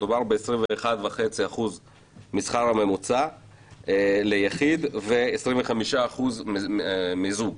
מדובר ב-21.5% מהשכר הממוצע ליחיד ו-25% לזוג.